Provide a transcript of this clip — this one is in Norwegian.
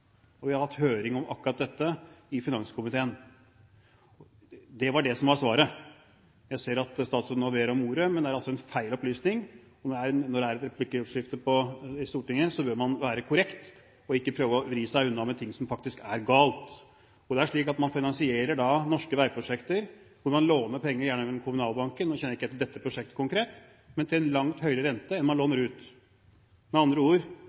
og vi har hatt høring om akkurat dette i finanskomiteen. Det var det som var svaret. Jeg ser at statsråden nå ber om ordet, men det er altså en feil opplysning. Når det er et replikkordskifte i Stortinget, bør man være korrekt og ikke prøve å vri seg unna med ting som faktisk er galt. Det er slik at man finansierer norske veiprosjekter ved å låne penger, gjerne i Kommunalbanken – nå kjenner ikke jeg dette prosjektet konkret – men til en langt høyere rente enn man låner ut. Med andre ord: